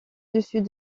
dessus